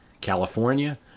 California